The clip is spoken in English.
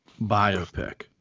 biopic